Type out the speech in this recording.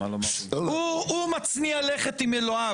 הוא מצניע לכת עם אלוהיו,